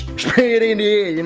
sprayed it in the